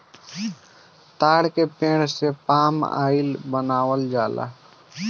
ताड़ के पेड़ से पाम आयल बनावल जाला